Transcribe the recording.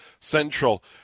Central